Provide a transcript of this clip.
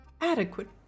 adequate